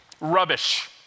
rubbish